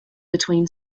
between